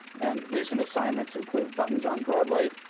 and recent assignments include buttons on broadway,